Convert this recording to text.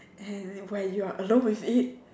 and when you are alone with it